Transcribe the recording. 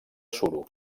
suro